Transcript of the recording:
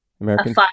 American